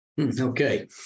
Okay